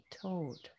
told